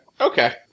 Okay